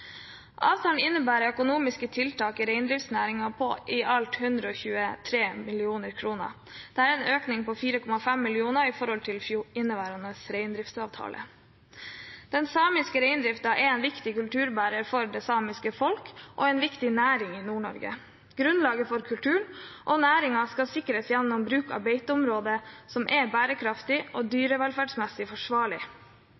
Avtalen innebærer økonomiske tiltak i reindriftsnæringen på i alt 123 mill. kr. Dette er en økning på 4,5 mill. kr i forhold til inneværende reindriftsavtale. Den samiske reindriften er en viktig kulturbærer for det samiske folk og en viktig næring i Nord-Norge. Grunnlaget for kulturen og næringen skal sikres gjennom bruk av beiteområder som er bærekraftige og